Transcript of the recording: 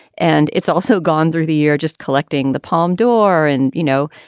and it's also gone through the year, just collecting the palme d'or. and, you know,